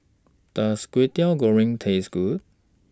Does Kway Teow Goreng Taste Good